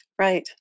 Right